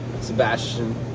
Sebastian